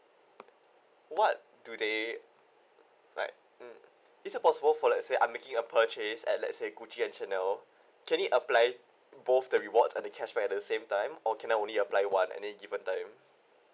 what do they like mm is it possible for let's say I'm making a purchase at let's say gucci and chanel can it applied both the rewards and thecashback at the same time or can I only apply one at a given time